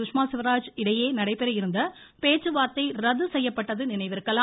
சுஷ்மா சுவராஜ் இடையே நடைபெற இருந்த பேச்சுவார்த்தை ரத்து செய்யப்பட்டது நினைவிருக்கலாம்